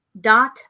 dot